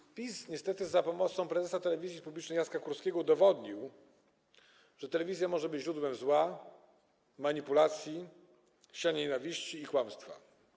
I PiS niestety przy pomocy prezesa telewizji publicznej Jacka Kurskiego udowodnił, że telewizja może być źródłem zła, manipulacji, siania nienawiści i kłamstwa.